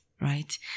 right